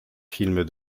films